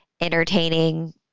entertaining